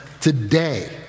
today